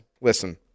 Listen